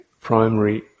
primary